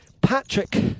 Patrick